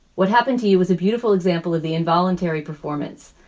what happened to you was a beautiful example of the involuntary performance,